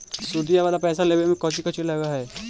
सुदिया वाला पैसबा लेबे में कोची कोची लगहय?